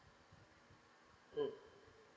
mm